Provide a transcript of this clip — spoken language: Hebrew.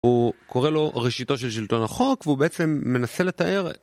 הוא קורא לו ראשיתו של שלטון החוק והוא בעצם מנסה לתאר...